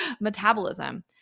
metabolism